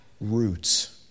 roots